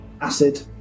acid